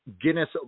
Guinness